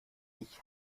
ich